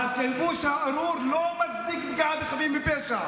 הכיבוש הארור לא מצדיק פגיעה בחפים מפשע.